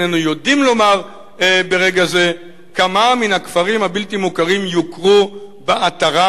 איננו יודעים לומר ברגע זה כמה מן הכפרים הבלתי-מוכרים יוכרו באתרם.